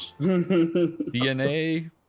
DNA